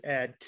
Add